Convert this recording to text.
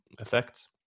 effects